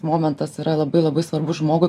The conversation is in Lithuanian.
momentas yra labai labai svarbus žmogui